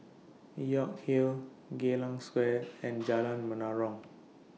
York Hill Geylang Square and Jalan Menarong